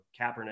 Kaepernick